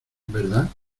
verdad